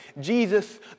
Jesus